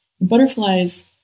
Butterflies